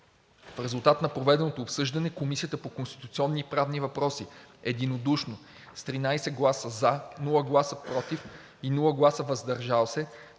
В резултат на проведеното обсъждане Комисията по конституционни и правни въпроси единодушно с 13 гласа „за“, без „против“ и „въздържал се“